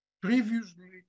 Previously